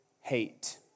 hate